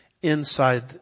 inside